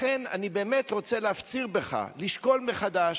לכן אני רוצה להפציר בך לשקול מחדש.